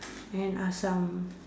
and asam